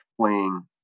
playing